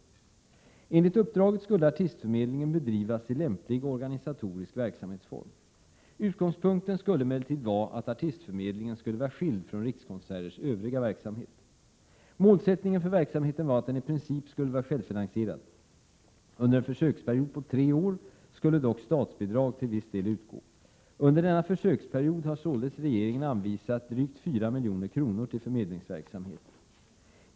Enligt uppdraget skulle artistförmedlingen bedrivas i lämplig organisatorisk verksamhetsform. Utgångspunkten skulle emellertid vara att artistförmedlingen skulle vara skild från Rikskonserters övriga verksamhet. Målsättningen för verksamheten var att den i princip skulle vara självfinansierad. Under en försöksperiod på tre år skulle dock statsbidrag till viss del utgå. Under denna försöksperiod har således regeringen anvisat drygt 4 milj.kr. till förmedlingsverksamheten.